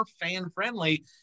fan-friendly